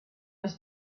his